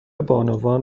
بانوان